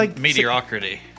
mediocrity